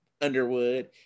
Underwood